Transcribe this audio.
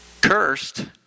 Cursed